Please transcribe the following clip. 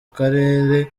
karere